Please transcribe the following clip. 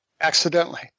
Accidentally